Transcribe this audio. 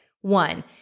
One